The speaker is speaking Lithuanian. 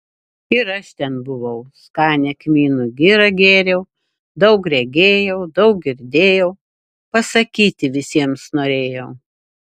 ir aš ten buvau skanią kmynų girą gėriau daug regėjau daug girdėjau pasakyti visiems norėjau